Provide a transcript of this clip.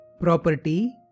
property